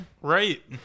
Right